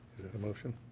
a motion?